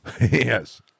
Yes